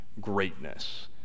greatness